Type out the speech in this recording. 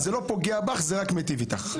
אז זה לא פוגע בך זה רק מיטיב איתך.